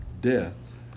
death